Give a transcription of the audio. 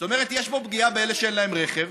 זאת אומרת, יש פה פגיעה באלה שאין להם רכב.